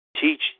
teach